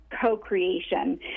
co-creation